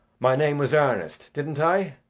my name was ernest, didn't i?